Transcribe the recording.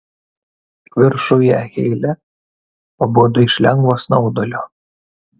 viršuje heile pabudo iš lengvo snaudulio